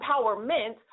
empowerment